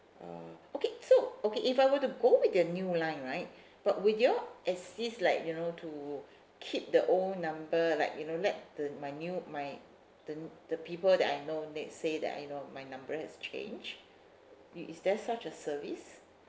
oh okay so okay if I were to go with the new line right but would you all assist like you know to keep the old number like you know let the my new my the the people that I know let's say that I know my number has changed is is there such a service